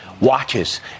watches